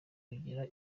kugura